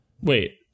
Wait